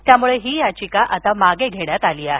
त्यामुळे ही याचिका आता मागे घेण्यात आली आहे